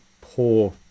poor